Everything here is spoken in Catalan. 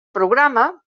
programa